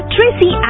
Tracy